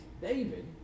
David